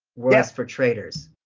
was for traitors.